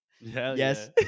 Yes